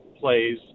plays